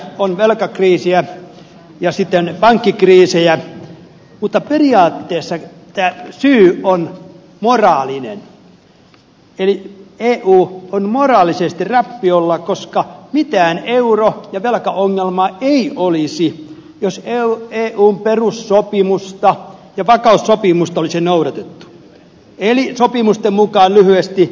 on velkakriisiä ja sitten pankkikriisejä mutta periaatteessa syy on moraalinen eli eu on moraalisesti rappiolla koska mitään euro ja velkaongelmaa ei olisi jos eun perussopimusta ja va kaussopimusta olisi noudatettu eli sopimusten mukaan lyhyesti